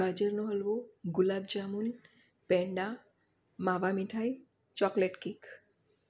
ગાજરનો હલવો ગુલાબ જાંબુ પેંડા માવા મીઠાઈ chocolate cake